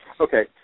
Okay